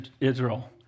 Israel